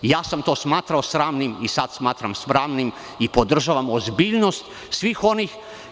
Smatramo sam to sramnim i sad smatram sramnim i podržavam ozbiljnost svih onih.